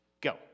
go